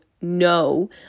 no